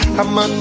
i'ma